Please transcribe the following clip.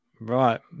Right